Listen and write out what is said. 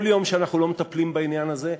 כל יום שאנחנו לא מטפלים בעניין הזה,